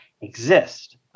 exist